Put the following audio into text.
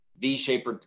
v-shaped